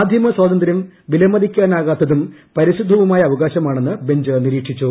മാധ്യമ സ്വാതന്ത്ര്യം വിലമതിക്കാനാകാത്തതും പരിശുദ്ധവുമായ അവകാശമാണെന്ന് ബഞ്ച് നിരീക്ഷിച്ചു